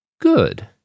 Good